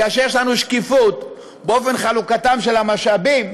כאשר יש לנו שקיפות באופן חלוקתם של המשאבים,